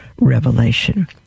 revelation